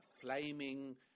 flaming